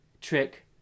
trick